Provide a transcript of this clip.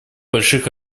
больших